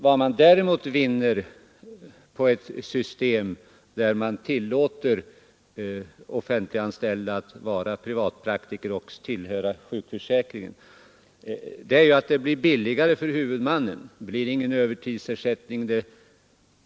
Vad man däremot vinner på ett system där offentligt anställda tillåts vara privatpraktiker och samtidigt tillhöra sjukförsäkringen är ju att det blir billigare för huvudmannen, Det utgår då ingen övertidsersättning.